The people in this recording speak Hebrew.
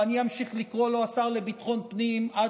ואני אמשיך לקרוא לו השר לביטחון פנים עד